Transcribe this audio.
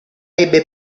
ebbe